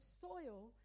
soil